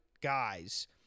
guys